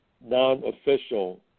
non-official